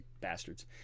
Bastards